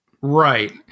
Right